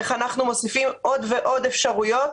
איך אנחנו מוסיפים עוד ועוד אפשרויות.